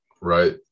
Right